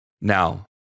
Now